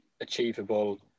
achievable